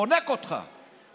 חונק אותך,